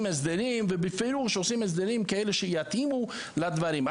הסדרים ובפירוש עושים הסדרים כאלה שיתאימו לדברים.